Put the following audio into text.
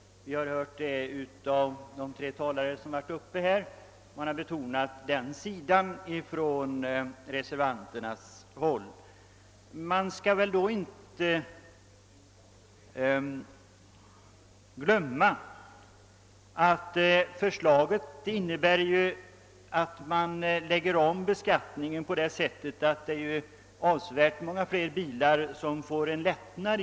De tre föregående talarna har betonat just den saken. Vi bör emellertid inte bortse från att den föreslagna omläggningen av beskattningen också innebär en skattelättnad.